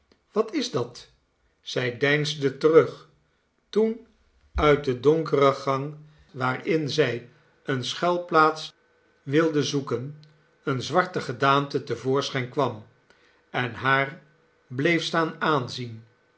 wat is dat zij deinsde terug toen uit den donkeren gang waarin zij eene schuilplaats wilde zoeken eene zwarte gedaante te voorschijn kwam en haar bleef staan aanzien